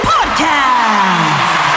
Podcast